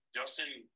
Justin